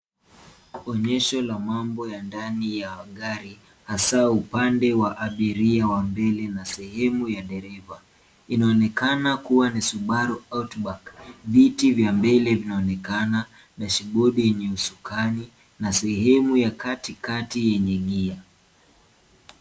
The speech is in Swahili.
Onyesho ya mambo ya ndani ya gari; hasa upande wa abiria wa mbele na sehemu ya dereva. Inaoekana kuwa ni Subaru Outback. Viti vya mbele vinaonekana, dashibodi yenye usukani, na sehemu ya katikati yenye gia.